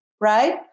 right